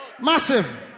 Massive